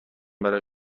برای